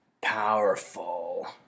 powerful